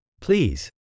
Please